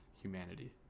humanity